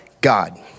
God